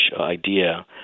idea